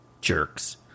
jerks